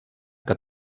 que